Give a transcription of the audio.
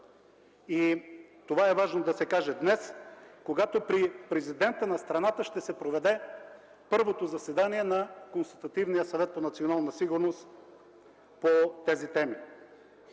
Това е важно да се каже днес, когато при президента на страната ще се проведе първото заседание на Консултативния съвет за национална сигурност по тези теми.